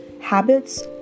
habits